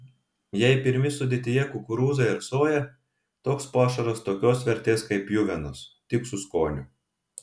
jei pirmi sudėtyje kukurūzai ar soja toks pašaras tokios vertės kaip pjuvenos tik su skoniu